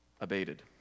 abated